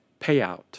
payout